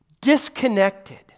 disconnected